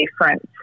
difference